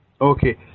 Okay